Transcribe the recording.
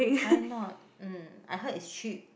why not um I heard it's cheap